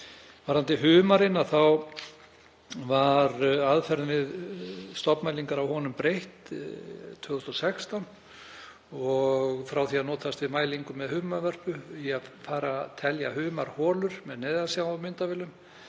Varðandi humarinn þá var aðferðum við stofnmælingar á honum breytt 2016, frá því að notast við mælingu með humarvörpu í að telja humarholur með neðansjávarmyndavélum.